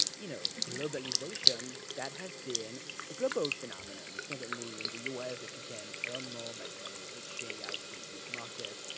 you know, globalization, that has been a global phenomenon. it's not only in the u. s. that you can earn ah more by by reaching out to a huge market.